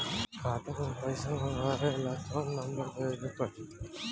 खाता मे से पईसा मँगवावे ला कौन नंबर देवे के पड़ी?